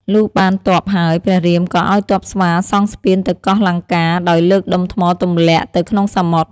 លុះបានទ័ពហើយ ព្រះរាមក៏ឱ្យទ័ពស្វាសង់ស្ពានទៅកោះលង្កា ដោយលើកដុំថ្មទម្លាក់ ទៅក្នុងសមុទ្រ។